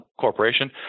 corporation